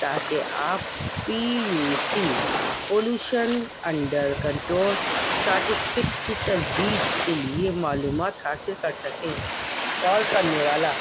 تاکہ آپ P U C pollution under control certificate کی تجدید کے لیے معلومات حاصل کر سکیں کال کرنے والا